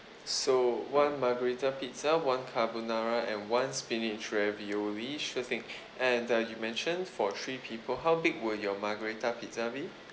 so one margherita pizza one carbonara and one spinach ravioli sure thing and uh you mentioned for three people how big will your margherita pizza be